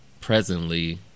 presently